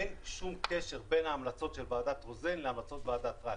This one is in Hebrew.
אין שום קשר בין ההמלצות של ועדת רוזן להמלצות ועדת רייך.